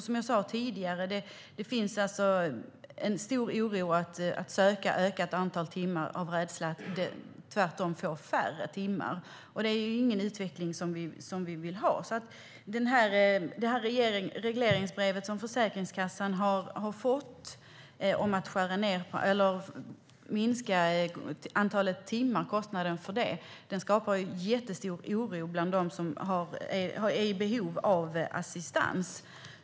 Som jag sa tidigare finns det alltså en stor oro för att söka ett ökat antal timmar av rädsla för att tvärtom få färre timmar. Det är ingen utveckling som vi vill ha. Detta regleringsbrev som Försäkringskassan har fått om att minska kostnaden för antalet timmar skapar alltså en jättestor oro bland dem som är i behov av assistans.